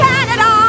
Canada